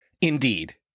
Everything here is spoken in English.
Indeed